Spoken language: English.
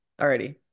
already